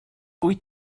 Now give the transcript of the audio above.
wyt